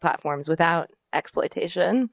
platforms without exploitation